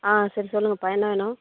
ஆ சரி சொல்லுங்கள் பா என்ன வேணும்